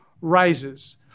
rises